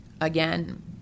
again